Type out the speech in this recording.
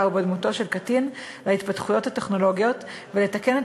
שבו דמותו של קטין להתפתחויות הטכנולוגיות ולתקן את